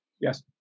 Yes